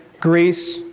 Greece